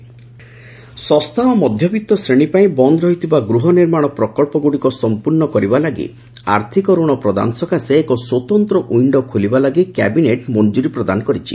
cabinet ଶସ୍ତା ଓ ମଧ୍ୟବିତ୍ତ ଶ୍ରେଣୀ ପାଇଁ ବନ୍ଦ ରହିଥିବା ଗୃହ ନିର୍ମାଣ ପ୍ରକଳ୍ପଗୁଡ଼ିକ ସଂପୂର୍ଣ୍ଣ କରିବା ଲାଗି ଆର୍ଥିକ ଋଣ ପ୍ରଦାନ ସକାଶେ ଏକ ସ୍ୱତନ୍ତ୍ର ଔଷ୍ଣୋ ଖୋଲିବା ଲାଗି କ୍ୟାବିନେଟ୍ ମଂକ୍କୁରୀ ପ୍ରଦାନ କରିଛି